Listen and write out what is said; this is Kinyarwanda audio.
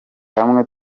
hamwe